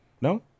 No